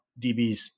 DBs